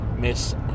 Miss